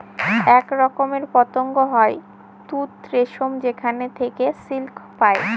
এক রকমের পতঙ্গ হয় তুত রেশম যেখানে থেকে সিল্ক পায়